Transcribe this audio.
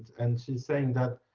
and she's saying that,